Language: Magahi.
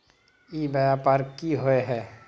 ई व्यापार की होय है?